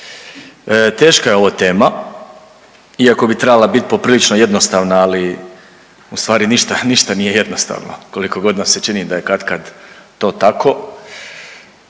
Teška je ovo tema, iako bi trebala biti poprilično jednostavna ali u stvari ništa nije jednostavno koliko god nam se čini da je katkad to tako.